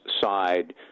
side